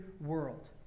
world